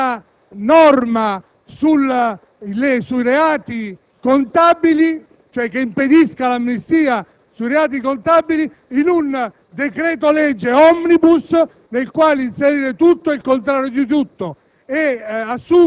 preannunciata norma sui reati contabili (che impedisca, cioè, l'amnistia per tali reati) in un decreto-legge *omnibus*, nel quale inserire tutto ed il contrario di tutto,